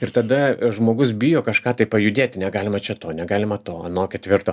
ir tada žmogus bijo kažką tai pajudėti negalima čia to negalima to ano ketvirto